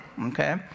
Okay